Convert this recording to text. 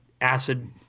acid